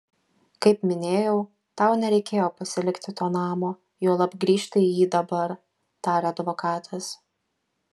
kaip minėjau tau nereikėjo pasilikti to namo juolab grįžti į jį dabar tarė advokatas